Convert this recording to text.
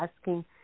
asking